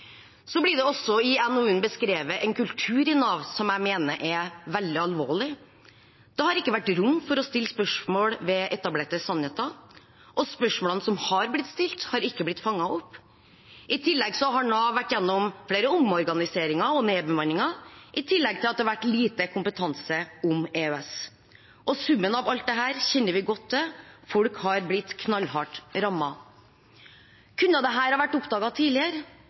Så blir det også i NOU-en beskrevet en kultur i Nav som jeg mener er veldig alvorlig. Det har ikke vært rom for å stille spørsmål ved etablerte sannheter, og spørsmålene som har blitt stilt, har ikke blitt fanget opp. I tillegg har Nav vært gjennom flere omorganiseringer og nedbemanninger, og det har vært lite kompetanse om EØS. Summen av alt dette kjenner vi godt til: Folk har blitt knallhardt rammet. Kunne dette ha vært oppdaget tidligere? Jeg mener det